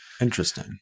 interesting